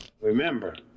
Remember